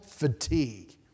fatigue